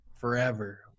forever